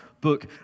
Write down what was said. book